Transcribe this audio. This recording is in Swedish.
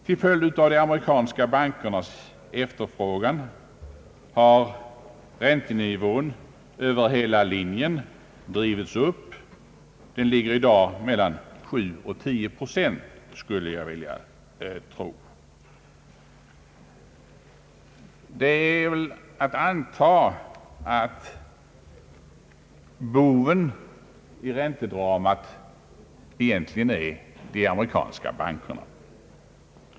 Till följd av de amerikanska bankernas efterfrågan har räntenivån över hela linjen drivits upp, och den ligger i dag mellan sju och tio procent, skulle jag tro. Det är att anta att boven i räntedramat egentligen är de amerikanska bankerna.